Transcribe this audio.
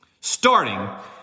Starting